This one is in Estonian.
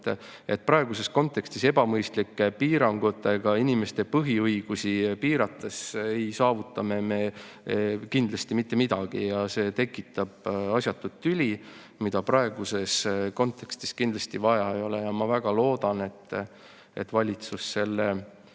Praeguses kontekstis ebamõistlike piirangutega inimeste põhiõigusi piirates ei saavuta me kindlasti mitte midagi ja see tekitab asjatut tüli, mida praeguses kontekstis kindlasti vaja ei ole. Ma väga loodan, et valitsus selle